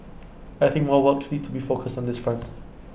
I think more works needs to be focused on this front